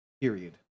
period